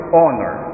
honor